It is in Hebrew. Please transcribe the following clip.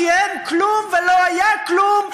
כי אין כלום ולא היה כלום.